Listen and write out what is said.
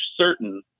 certain